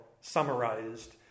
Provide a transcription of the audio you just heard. summarized